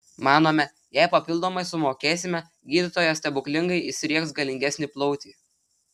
manome jei papildomai sumokėsime gydytojas stebuklingai įsriegs galingesnį plautį